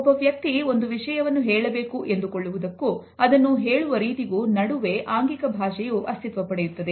ಒಬ್ಬ ವ್ಯಕ್ತಿ ಒಂದು ವಿಷಯವನ್ನು ಹೇಳಬೇಕು ಎಂದುಕೊಳ್ಳುವುದಕ್ಕೂ ಅದನ್ನು ಹೇಳುವ ರೀತಿಗೂ ನಡುವೆ ಆಂಗಿಕ ಭಾಷೆಯು ಅಸ್ತಿತ್ವ ಪಡೆಯುತ್ತದೆ